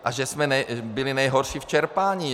A že jsme byli nejhorší v čerpání.